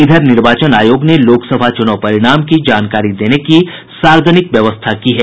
इधर निर्वाचन आयोग ने लोकसभा चुनाव परिणाम की जानकारी देने की सार्वजनिक व्यवस्था की है